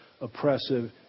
oppressive